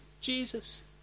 Jesus